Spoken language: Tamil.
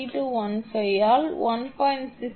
3215 ஆல் 1